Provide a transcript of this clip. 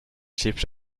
chips